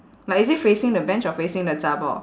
like is it facing the bench or facing the zha bor